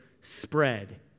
spread